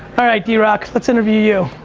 alright, drock, let's interview you.